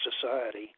society